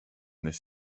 this